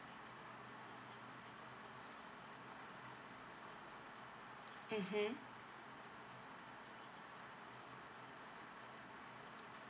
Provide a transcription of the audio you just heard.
mmhmm